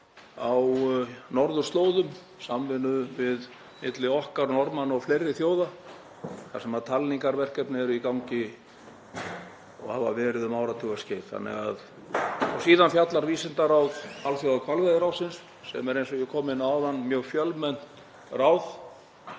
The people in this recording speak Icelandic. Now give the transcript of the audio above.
á norðurslóðum í samvinnu milli okkar og Norðmanna og fleiri þjóða þar sem talningarverkefni eru í gangi og hafa verið um áratugaskeið. Síðan fjallar vísindaráð Alþjóðahvalveiðiráðsins — sem er, eins og ég kom inn á áðan, mjög fjölmennt ráð,